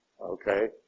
Okay